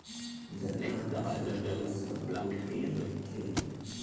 जतका फसल होइस सब खुद के रहिथे